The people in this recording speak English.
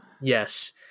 Yes